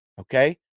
okay